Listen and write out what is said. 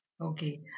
okay